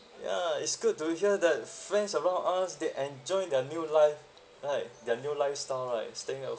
ya it's good to hear that friends around us they enjoy their new life right their new lifestyle right staying at